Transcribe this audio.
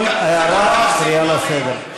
כל הערה, קריאה לסדר.